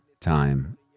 time